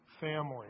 family